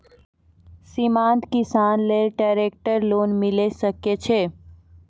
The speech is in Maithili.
सीमांत किसान लेल ट्रेक्टर लोन मिलै सकय छै?